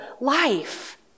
life